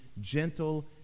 gentle